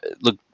look